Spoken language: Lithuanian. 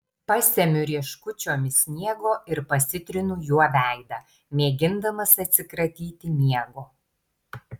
pasemiu rieškučiomis sniego ir pasitrinu juo veidą mėgindamas atsikratyti miego